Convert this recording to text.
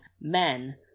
men